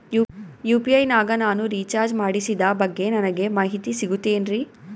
UPI ನಾಗ ನಾನು recharge ಮಾಡಿಸಿದ ಬಗ್ಗೆ ನನಗೆ ಮಾಹಿತಿ ಸಿಗುತೇನ್ರೀ?